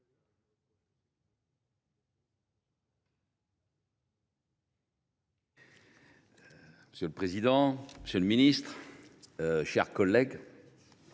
Monsieur le président, monsieur le ministre, mes chers collègues,